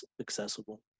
accessible